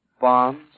bombs